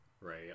right